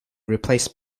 replaced